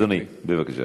בבקשה.